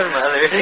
mother